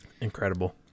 incredible